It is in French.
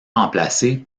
remplacé